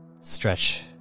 stretch